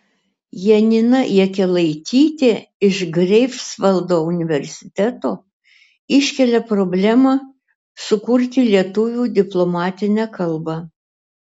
janina jakelaitytė iš greifsvaldo universiteto iškelia problemą sukurti lietuvių diplomatinę kalbą